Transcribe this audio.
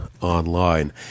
online